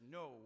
no